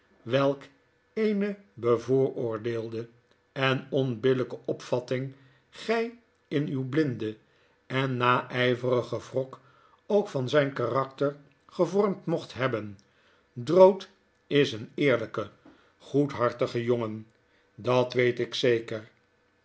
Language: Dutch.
tevenswelk eene bevooroordeelde en onbillijke opvatting gy in uw blinden en nay verigen wrok ook van zyn karakter gevormd mocht hebben drood is een eerlijke goedhartige jongen dat weet ik zeker